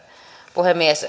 puhemies